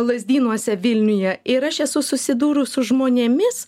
lazdynuose vilniuje ir aš esu susidūrus su žmonėmis